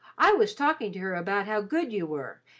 i was talking to her about how good you were,